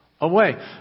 away